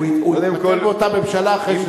הוא התפטר מאותה ממשלה אחרי,